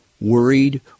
worried